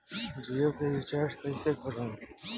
जियो के रीचार्ज कैसे करेम?